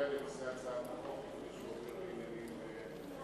הצעת החוק לפני שהוא מתייחס לעניינים של נוהל עבודה?